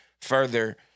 further